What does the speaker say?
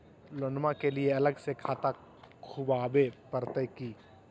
लोनमा के लिए अलग से खाता खुवाबे प्रतय की?